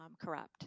corrupt